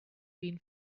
been